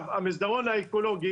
המסדרון האקולוגי